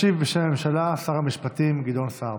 ישיב בשם הממשלה שר המשפטים גדעון סער.